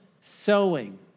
sowing